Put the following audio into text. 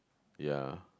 ya